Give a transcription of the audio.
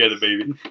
baby